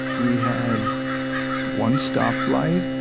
we had one stoplight,